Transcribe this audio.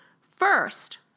First